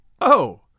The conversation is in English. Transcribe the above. Oh